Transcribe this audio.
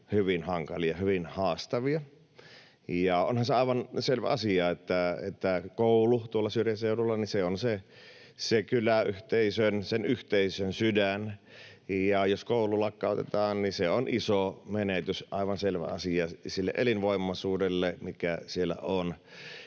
hyvin hankalia, hyvin haastavia. Onhan se aivan selvä asia, että koulu syrjäseudulla on sen kyläyhteisön, sen yhteisön sydän. Jos koulu lakkautetaan, niin se on iso menetys — aivan selvä asia — sille elinvoimaisuudelle, mikä siellä on,